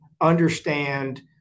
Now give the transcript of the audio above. understand